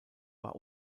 war